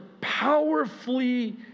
powerfully